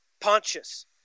Pontius